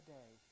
day